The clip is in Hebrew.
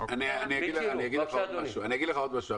אגיד עוד דבר.